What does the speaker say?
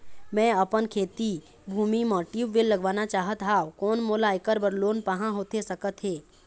मैं अपन खेती भूमि म ट्यूबवेल लगवाना चाहत हाव, कोन मोला ऐकर बर लोन पाहां होथे सकत हे?